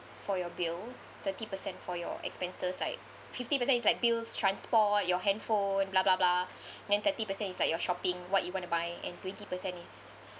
for your bills thirty percent for your expenses like fifty percent is like bills transport your handphone blah blah blah then thirty percent is like your shopping what you want to buy and twenty percent is